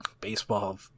baseball